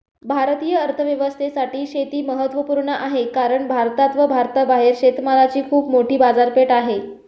भारतीय अर्थव्यवस्थेसाठी शेती महत्वपूर्ण आहे कारण भारतात व भारताबाहेर शेतमालाची खूप मोठी बाजारपेठ आहे